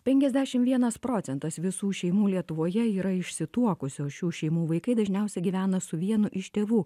penkiasdešim vienas procentas visų šeimų lietuvoje yra išsituokusios šių šeimų vaikai dažniausia gyvena su vienu iš tėvų